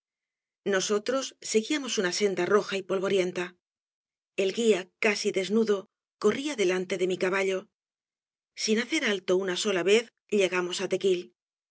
nosotros seguíamos una senda roja y polvorienta el guía casi desnudo corría delanobras de valle inclan te de mi caballo sin hacer alto una sola vez llegamos á tequil